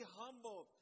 humble